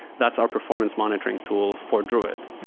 that's our performance monitoring tool for druid.